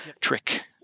trick